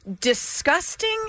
disgusting